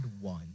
one